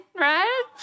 right